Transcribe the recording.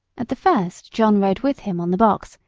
at the first john rode with him on the box,